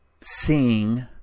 seeing